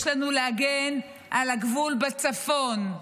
יש לנו, להגן על הגבול בצפון,